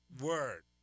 word